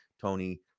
Tony